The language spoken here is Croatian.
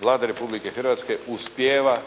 Vlada Republike Hrvatske uspijeva